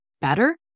better